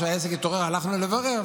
לאחר שהעסק התעורר הלכנו לברר,